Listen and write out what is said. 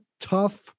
tough